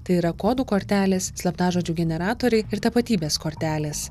tai yra kodų kortelės slaptažodžių generatoriai ir tapatybės kortelės